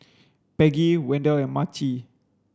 Peggy Wendell and Maci